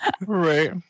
right